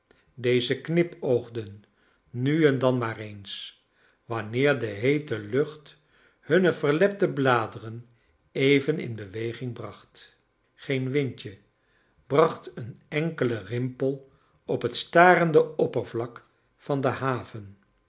deze knipoogden nu en dan maar eens wanneer de heete lucht hunne verlepte bladeren even in be egmg bracht green windje bracht een enkelen rimpel op het starende oppervlak van de haven